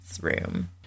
room